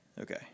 Okay